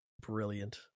Brilliant